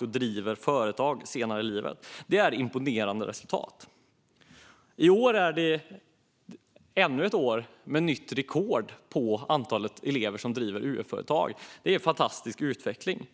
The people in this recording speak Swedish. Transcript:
driver företag senare i livet. Detta är imponerande resultat. I år slås återigen nytt rekord för antalet elever som driver UF-företag. Detta är en fantastisk utveckling.